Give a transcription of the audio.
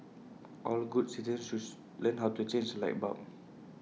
all good citizens should learn how to change A light bulb